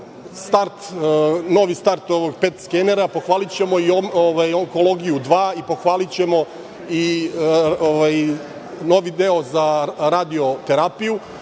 novi start pet skenera, pohvalićemo i onkolologiju dva, pohvalićemo i novi deo za radioterapiju.